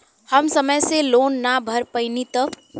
हम समय से लोन ना भर पईनी तब?